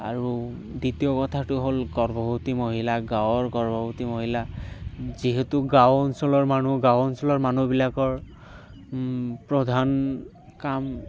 আৰু দ্বিতীয় কথাটো হ'ল গৰ্ভৱতী মহিলা গাঁৱৰ গৰ্ভৱতী মহিলা যিহেতু গাঁও অঞ্চলৰ মানুহ গাঁও অঞ্চলৰ মানুহবিলাকৰ প্ৰধান কাম